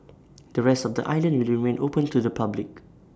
the rest of the island will remain open to the public